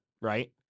right